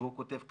והוא כותב ככה: